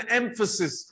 emphasis